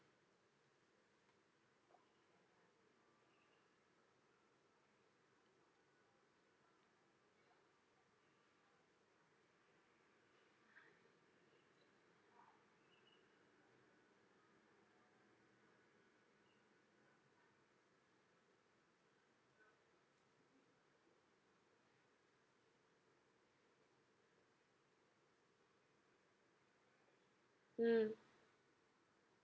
mm